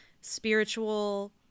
spiritual